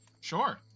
Sure